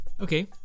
Okay